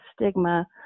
stigma